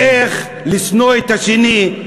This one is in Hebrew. ולא איך לשנוא את השני.